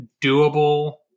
doable